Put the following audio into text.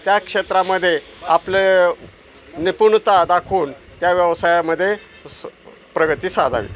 त्या क्षेत्रामध्ये आपली निपुणता दाखवून त्या व्यवसायामध्ये स् प्रगती साधावी